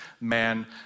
man